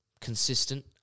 consistent